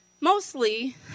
mostly